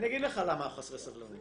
אני אגיד לך למה אנחנו חסרי סבלנות.